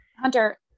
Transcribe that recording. Hunter